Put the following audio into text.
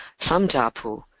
some jiapu